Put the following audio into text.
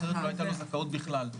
אחרת לא היתה לו זכאות בכלל.